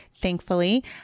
thankfully